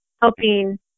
helping